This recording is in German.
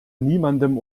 niemandem